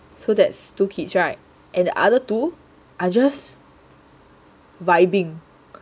so that's two kids [right] and the other two are just vibing